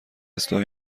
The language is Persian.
اصلاح